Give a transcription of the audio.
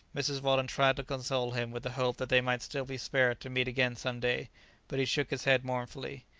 mrs. weldon tried to console him with the hope that they might still be spared to meet again some day but he shook his head mournfully.